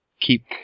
keep